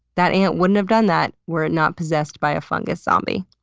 that ant wouldn't have done that were it not possessed by a fungus zombie.